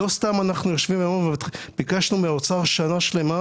לא סתם ביקשנו מהאוצר במשך שנה שלמה